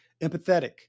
empathetic